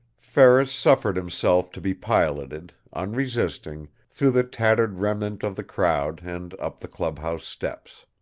ferris suffered himself to be piloted, unresisting, through the tattered remnant of the crowd and up the clubhouse steps.